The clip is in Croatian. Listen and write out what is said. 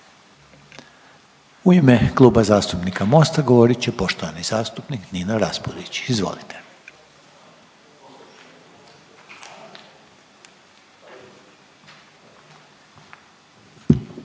u ime Kluba zastupnika HDZ-a govoriti poštovana zastupnica Marijana Balić, izvolite.